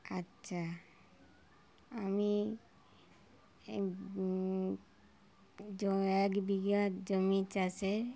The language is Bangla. আচ্ছা আমি এক জো এক বিঘার জমি চাষের